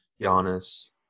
Giannis